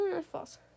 False